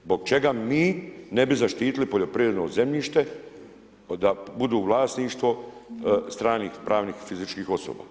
Zbog čega mi ne bi zaštitili poljoprivredno zemljište da bude vlasništvo stranih pravnih i fizičkih osoba?